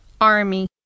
army